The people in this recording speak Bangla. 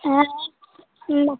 হ্যাঁ নাহ